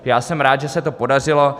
Já jsem rád, že se to podařilo.